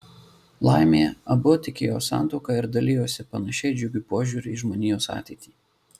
laimė abu tikėjo santuoka ir dalijosi panašiai džiugiu požiūriu į žmonijos ateitį